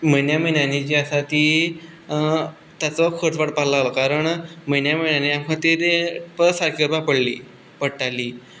म्हयन्या म्हयन्या जी आसा आमकां ती ताचो खर्च वाडपा लागलो कारण म्हयन्या म्हयन्याक आमकां ती परत सारकी करपा पडली पडटाली